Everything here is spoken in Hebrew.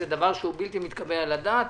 זה דבר שהוא בלתי מתקבל על הדעת.